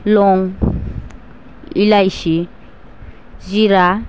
लं इलाइसि जिरा